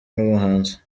n’ubuhanzi